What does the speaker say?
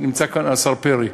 נמצא כאן השר פרי.